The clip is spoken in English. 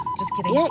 just kidding yeah